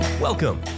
Welcome